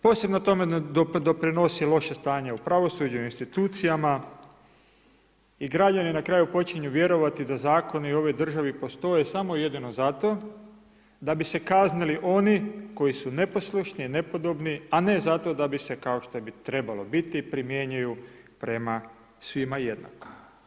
Posebno tome doprinosi loše stanje u pravosuđu, u institucijama i građani na kraju počinju vjerovati da zakoni u ovoj državi i postoje samo i jedino zato da bi se kaznili oni koji su neposlušni i nepodobni a ne zato da bi se kao što bi trebalo biti primjenjuju prema svima jednako.